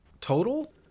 total